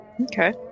Okay